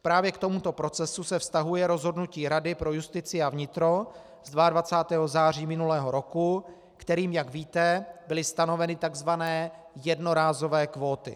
Právě k tomuto procesu se vztahuje rozhodnutí Rady pro justici a vnitro z 22. září minulého roku, kterým, jak víte, byly stanoveny takzvané jednorázové kvóty.